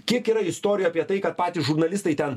kiek yra istorijų apie tai kad patys žurnalistai ten